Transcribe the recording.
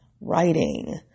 writing